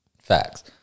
Facts